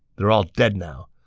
they're all dead now.